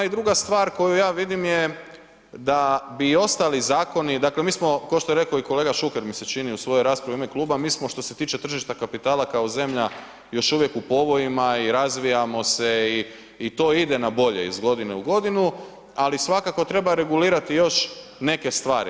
I druga stvar koju ja vidim je da bi ostali zakoni, dakle mi smo kao što je rekao kolega Šuker mi se čini u svojoj raspravi u ime kluba, mi smo što se tiče tržišta kapitala kao zemlja još uvijek u povojima i razvijamo se i to ide na bolje iz godine u godinu, ali svakako treba regulirati još neke stvari.